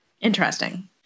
interesting